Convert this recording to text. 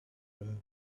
love